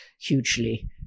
hugely